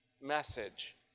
message